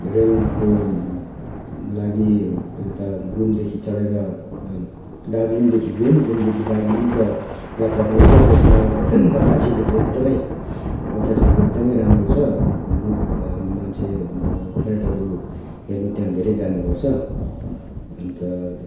रेलको लागि यता घुमदेखि चढेर दार्जिलिङदेखि घुम घुमदेखि दार्जिलिङका यात्रा पनि छ त्यसमा बतासे लुप एकदमै बतासे लुप एकदमै राम्रो छ लुप मान्छे पर्यटकहरू हेर्नु त्यहाँ धेरै जाने गर्छ अन्त